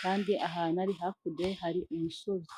kandi ahantu ari hakurya hari umusozi.